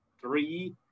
three